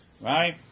Right